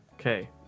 Okay